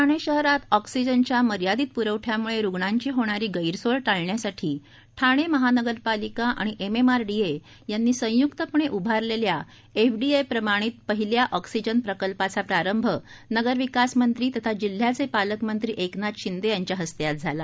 ठाणे शहरात ऑक्सिजनच्या मर्यादित प्रवठ्यामुळे रूग्णांची होणारी गैरसोय टाळण्यासाठी ठाणे महानगरपालिका आणि एमएमआरडीए यांनी संयुक्त पणे उभारलेल्या एफडीए प्रमाणित पहिल्या ऑक्सिजन प्रकल्पाचा प्रारंभ नगरविकास मंत्री तथा जिल्ह्याचे पालकमंत्री एकनाथ शिंदे यांच्या हस्तेआज झाला